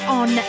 on